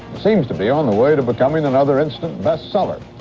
seems to be on the way to becoming another instant bestseller,